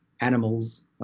animals